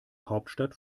hauptstadt